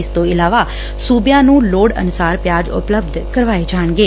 ਇਸ ਤੋਂ ਇਲਾਵਾ ਸੁਬਿਆਂ ਨੂੰ ਲੋੜ ਅਨੁਸਾਰ ਪਿਆਜ਼ ਉਪਲੱਬਧ ਕਰਾਏ ਜਾਣਗੇ